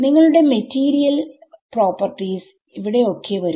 നിങ്ങളുടെ material properties ഇവിടെ ഒക്കെ വരും